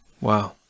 Wow